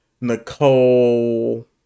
Nicole